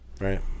Right